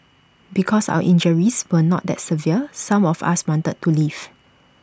because our injuries were not that severe some of us wanted to leave